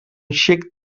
xic